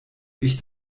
ich